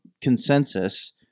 consensus